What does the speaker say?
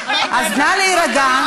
אז נא להירגע,